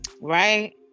Right